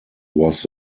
was